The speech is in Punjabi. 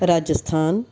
ਰਾਜਸਥਾਨ